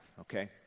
okay